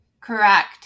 Correct